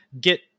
get